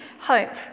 hope